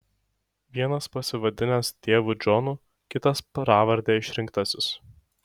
vienas pasivadinęs tėvu džonu kitas pravarde išrinktasis